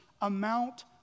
amount